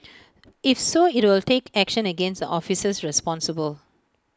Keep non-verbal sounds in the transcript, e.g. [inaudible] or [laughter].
[noise] if so IT will take action against the officers responsible